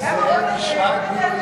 לא, לא.